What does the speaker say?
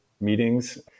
meetings